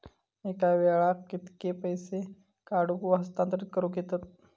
एका वेळाक कित्के पैसे काढूक व हस्तांतरित करूक येतत?